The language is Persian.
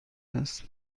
است